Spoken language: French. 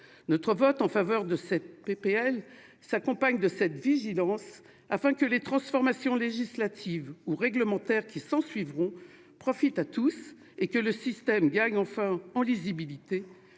Notre vote en faveur de cette proposition de loi s'accompagne de cette vigilance, afin que les transformations législatives ou réglementaires qui s'ensuivront profitent à tous et que le système gagne enfin en lisibilité,